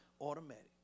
automatic